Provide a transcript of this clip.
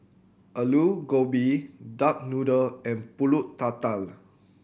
Aloo Gobi duck noodle and Pulut Tatal